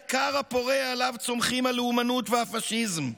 הן הכר הפורה שעליו צומחים הלאומנות והפשיזם,